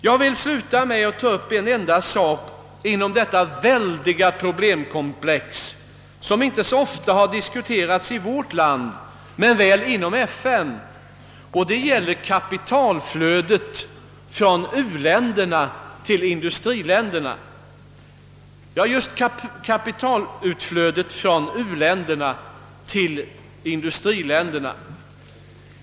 Slutligen vill jag ta upp en enda sak inom detta väldiga problemkomplex som inte så ofta har diskuterats i vårt land men väl inom FN. Det gäller kapitalflödet från u-länderna till industriländerna — ja, just kapitalflödet från u-länderna till industriländerna!